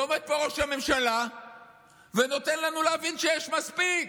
ועומד פה ראש הממשלה ונותן לנו להבין שיש מספיק.